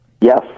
Yes